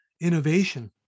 innovation